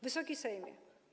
Wysoki Sejmie!